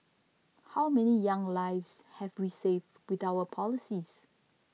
how many young lives have we saved with our policies